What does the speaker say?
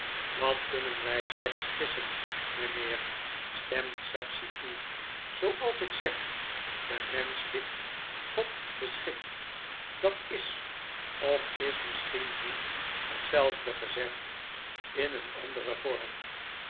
dat kunnen wy slechts gissen meneer stemt sapsea toe zooals ik zeg de mensch wikt god beschikt dat is of is misschien niet hetzelfde gezegd in een anderen vorm